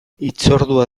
hitzordua